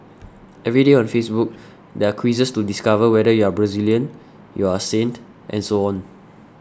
every day on Facebook there are quizzes to discover whether you are Brazilian you are a saint and so on